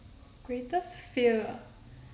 greatest fear ah